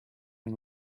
and